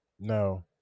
No